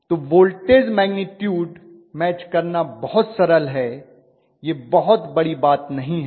तो voltage magnitude match करना बहुत सरल है यह बहुत बड़ी बात नहीं है